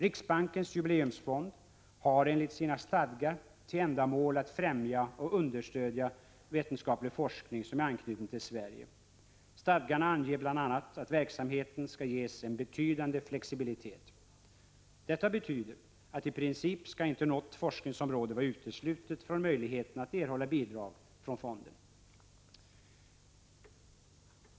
Riksbankens jubileumsfond har enligt sina stadgar till ändamål att främja och understödja vetenskaplig forskning som är anknuten till Sverige. Stadgarna anger bl.a. att verksamheten skall ges en betydade flexibilitet. Detta betyder i princip att inte något forskningsområde skall vara uteslutet från möjligheten att erhålla bidrag från fonden.